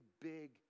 big